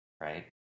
Right